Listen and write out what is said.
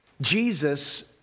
Jesus